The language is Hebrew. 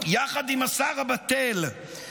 יחד עם השר לביטחון לאומי,